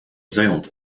zeehond